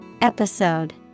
Episode